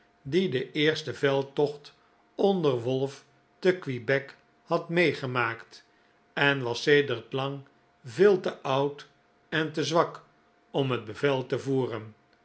die den eersten veldtocht onder wolf te quebec had meegemaakt en was sedert lang veel te oud en te zwak om het bevel te voeren